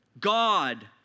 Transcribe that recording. God